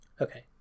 Okay